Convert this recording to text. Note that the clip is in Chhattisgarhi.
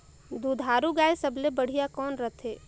दुधारू गाय सबले बढ़िया कौन रथे?